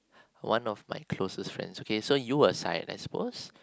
one of my my closest friends okay so you aside I suppose